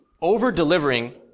Over-delivering